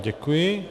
Děkuji.